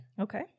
Okay